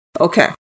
Okay